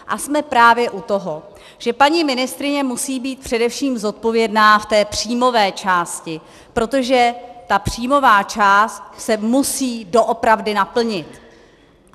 A jsme právě u toho, že paní ministryně musí být především zodpovědná v té příjmové části, protože ta příjmová část se musí doopravdy naplnit.